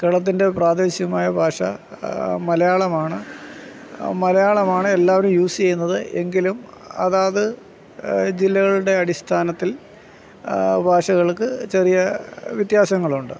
കേരളത്തിൻ്റെ പ്രാദേശികമായ ഭാഷ മലയാളമാണ് മലയാളമാണ് എല്ലാവരും യൂസ് ചെയ്യുന്നത് എങ്കിലും അതാതു ജില്ലകളുടെ അടിസ്ഥാനത്തിൽ ഭാഷകൾക്ക് ചെറിയ വ്യത്യാസങ്ങളുണ്ട്